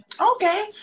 Okay